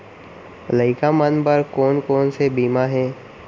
लइका मन बर कोन कोन से बीमा हे?